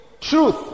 Truth